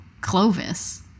Clovis